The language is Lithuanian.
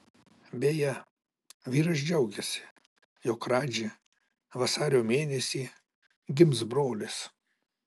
beje vyras džiaugėsi jog radži vasario mėnesį gims brolis